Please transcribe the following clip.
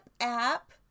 app